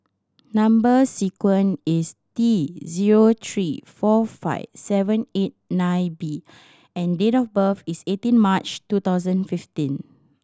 number sequence is T zero three four five seven eight nine B and date of birth is eighteen March two thousand fifteen